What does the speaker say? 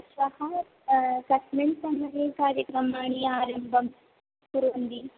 श्वः कस्मिन् समये कार्यक्रमाणि आरम्भं कुर्वन्ति